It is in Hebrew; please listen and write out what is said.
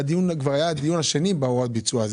היה כבר דיון שני בהוראות הביצוע.